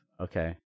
Okay